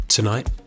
Tonight